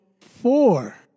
four